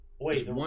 Wait